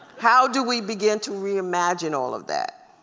how do we begin to reimagine all of that?